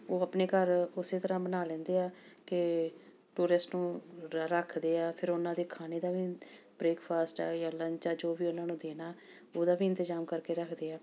ਉਹ ਆਪਣੇ ਘਰ ਉਸੇ ਤਰ੍ਹਾਂ ਬਣਾ ਲੈਂਦੇ ਆ ਕਿ ਟੂਰਿਸਟ ਨੂੰ ਰੱਖਦੇ ਆ ਫਿਰ ਉਹਨਾਂ ਦੇ ਖਾਣੇ ਦਾ ਵੀ ਬ੍ਰੇਕਫਾਸਟ ਹੈ ਜਾਂ ਲੰਚ ਆ ਜੋ ਵੀ ਉਹਨਾਂ ਨੂੰ ਦੇਣਾ ਉਹਦਾ ਵੀ ਇੰਤਜ਼ਾਮ ਕਰਕੇ ਰੱਖਦੇ ਆ